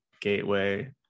gateway